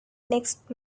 next